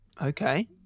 Okay